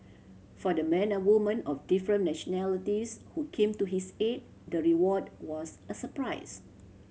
for the men and women of different nationalities who came to his aid the reward was a surprise